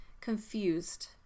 confused